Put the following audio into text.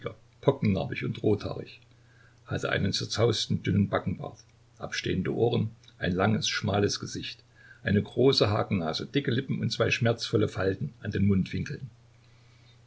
pockennarbig und rothaarig hat einen zerzausten dünnen backenbart abstehende ohren eine große hakennase dicke lippen und zwei schmerzvolle falten an den mundwinkeln